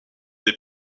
des